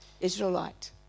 Israelite